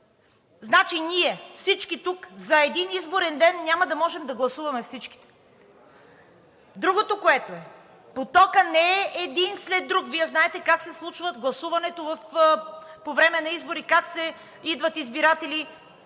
Значи, ние всички тук за един изборен ден няма да можем да гласуваме. Другото, което е, потокът не е един след друг. Вие знаете как се случва гласуването по време на изборите, как идват избирателите